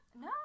No